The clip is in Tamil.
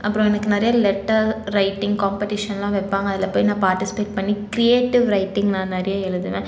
அப்றம் எனக்கு நிறைய லெட்டர் ரைட்டிங் காம்பெடிஷன்லாம் வைப்பாங்க அதில் போய் நான் பார்ட்டிசிபேட் பண்ணி கிரியேட்டிவ் ரைட்டிங் நான் நிறைய எழுதுவேன்